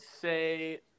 say